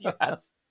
Yes